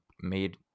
made